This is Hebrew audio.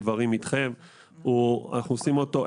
אנחנו ממשיכים לקיים